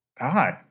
God